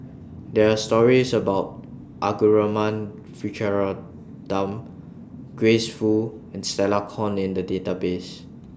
There Are stories about Arumugam Vijiaratnam Grace Fu and Stella Kon in The Database